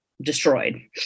destroyed